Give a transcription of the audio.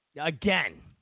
Again